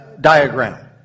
diagram